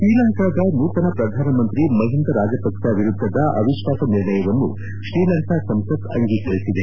ಶ್ರೀಲಂಕಾದ ನೂತನ ಪ್ರಧಾನಮಂತ್ರಿ ಮಹಿಂದ ರಾಜಪಕ್ಷ ವಿರುದ್ದದ ಅವಿಶ್ವಾಸ ನಿರ್ಣಯವನ್ನು ಶ್ರೀಲಂಕ ಸಂಸತ್ ಅಂಗೀಕರಿಸಿದೆ